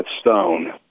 stone